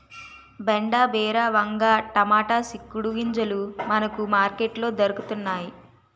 బెండ బీర వంగ టమాటా సిక్కుడు గింజలు మనకి మార్కెట్ లో దొరకతన్నేయి